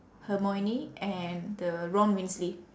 hermione and the ron weasley